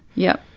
yep.